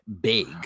big